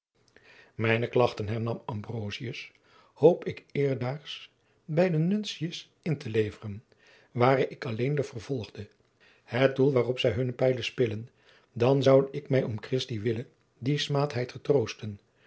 mijne klachten hernam ambrosius hoop ik eerstdaags bij den nuncius in te leveren ware ik alleen de vervolgde het doel waarop zij hunne pijlen spillen dan zoude ik mij om christi wille die smaadheid getroosten